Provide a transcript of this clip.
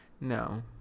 No